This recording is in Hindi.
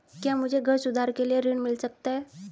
क्या मुझे घर सुधार के लिए ऋण मिल सकता है?